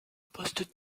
poste